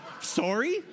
sorry